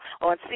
on